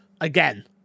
again